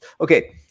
Okay